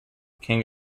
king